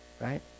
right